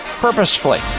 purposefully